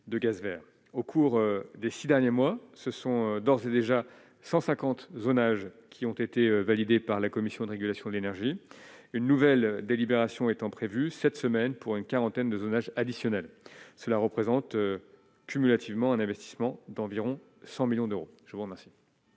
au cours des 6 derniers mois, ce sont d'ores et déjà 150 zonage qui ont été validés par la Commission de régulation de l'énergie, une nouvelle délibération étant prévues cette semaine pour une quarantaine de zonage additionnel, cela représente cumulativement un investissement d'environ 100 millions d'euros, je vous remercie.